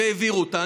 העבירו אותה.